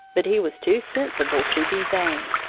but he was too sensible to be vain.